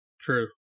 true